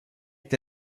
ait